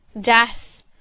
death